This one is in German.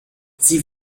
sie